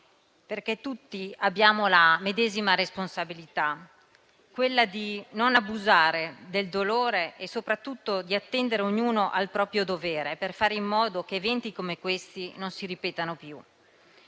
Tutti abbiamo la medesima responsabilità, quella cioè di non abusare del dolore e soprattutto di attendere ognuno al proprio dovere per fare in modo che eventi come questi non si ripetano più.